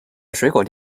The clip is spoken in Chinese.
水果